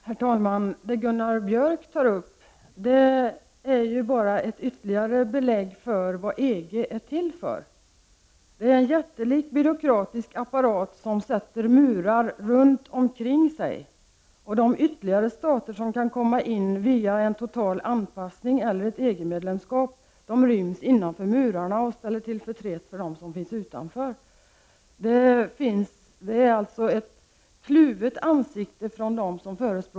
Herr talman! Det som Gunnar Björk tar upp är ju bara ett ytterligare belägg för min uppfattning om vad EG egentligen är till för. EG är en jättelik byråkratisk apparat, som sätter upp murar runt omkring sig. De ytterligare stater som kan komma in via en total anpassning eller ett EG-medlemskap ryms innanför murarna och ställer till förtret för dem som finns utanför. De som förespråkar EG visar alltså upp ett kluvet ansikte.